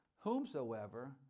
whomsoever